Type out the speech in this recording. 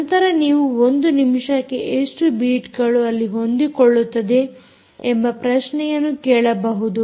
ನಂತರ ನೀವು ಒಂದು ನಿಮಿಷಕ್ಕೆ ಎಷ್ಟು ಬೀಟ್ಗಳು ಅಲ್ಲಿ ಹೊಂದಿಕೊಳ್ಳುತ್ತದೆ ಎಂದು ಪ್ರಶ್ನೆಯನ್ನು ಕೇಳಬಹುದು